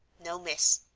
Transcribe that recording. no, miss.